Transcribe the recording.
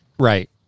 Right